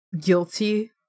guilty